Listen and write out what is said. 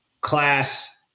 class